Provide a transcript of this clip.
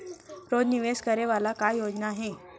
रोज निवेश करे वाला का योजना हे?